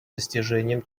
достижением